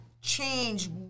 change